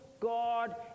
God